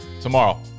tomorrow